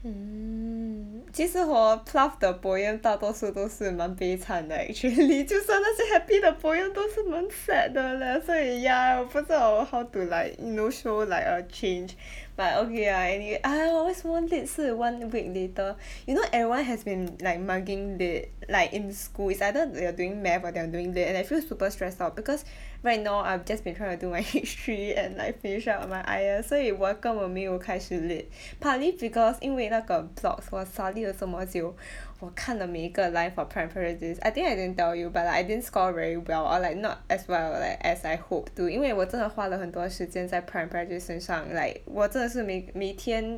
mm 其实 hor Plath 的 poem 大多数都是蛮悲惨的 actually 就算那些 happy 的 poem 都是蛮 sad 的 leh 所以 ya 我不知道我 how to like you know show like a change but okay lah any~ !aiyo! 为什么是 one week later you know everyone has been like mugging lit like in school it's either they're doing math or they're doing lit and I feel super stressed out because right now I've just been trying to do my H three and like finish up my I S 所以我根本没有开始 lit partly because 因为那个 blocks 我 study 了这么久 我看了每一个 live for pride and prejudice I think I didn't tell you but like I didn't score very well or like not as well as I hoped to 因为我真的花了很多时间在 pride and prejudice 身上 like 我真的是每每天